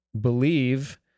believe